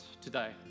today